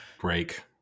break